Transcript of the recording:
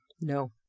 No